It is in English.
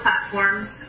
platform